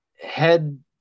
head